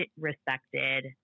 respected